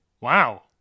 Wow